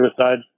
suicide